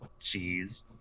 Jeez